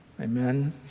Amen